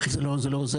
זה לא עוזר,